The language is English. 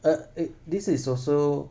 uh it this is also